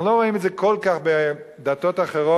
אנחנו לא רואים את זה כל כך בדתות אחרות,